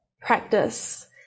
practice